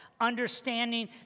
understanding